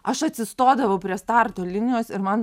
aš atsistodavau prie starto linijos ir man